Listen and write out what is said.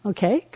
Okay